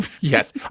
Yes